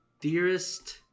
dearest